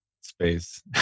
Space